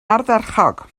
ardderchog